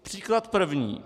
Příklad první.